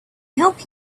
help